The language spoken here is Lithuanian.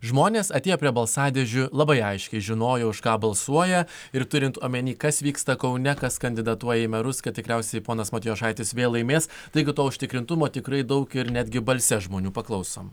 žmonės atėję prie balsadėžių labai aiškiai žinojo už ką balsuoja ir turint omenyje kas vyksta kaune kas kandidatuoja į merus kad tikriausiai ponas matijošaitis vėl laimės taigi to užtikrintumo tikrai daug ir netgi balse žmonių paklausom